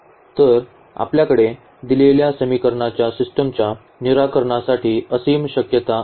तर आपल्याकडे दिलेल्या समीकरणांच्या सिस्टमच्या निराकरणासाठी असीम शक्यता आहेत